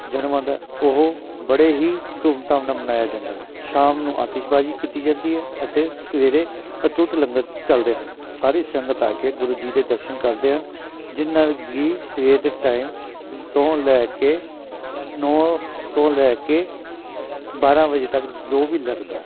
ਜਨਮ ਆਉਂਦਾ ਉਹ ਬੜੇ ਹੀ ਧੂਮਧਾਮ ਨਾਲ ਮਨਾਇਆ ਜਾਂਦਾ ਹੈ ਸ਼ਾਮ ਨੂੰ ਆਤਿਸ਼ਬਾਜ਼ੀ ਕੀਤੀ ਜਾਂਦੀ ਹੈ ਅਤੇ ਸਵੇਰੇ ਅਤੁੱਟ ਲੰਗਰ ਚਲਦੇ ਹਨ ਸਾਰੀ ਸੰਗਤ ਆ ਕੇ ਗੁਰੂ ਜੀ ਦੇ ਦਰਸ਼ਨ ਕਰਦੇ ਹਾਂ ਜਿਹਨਾਂ ਦੀ ਸਵੇਰ ਦੇ ਟਾਈਮ ਤੋਂ ਲੈ ਕੇ ਨੌ ਤੋਂ ਲੈ ਕੇ ਬਾਰ੍ਹਾਂ ਵਜੇ ਤੱਕ ਜੋ ਵੀ ਲੱਗਦਾ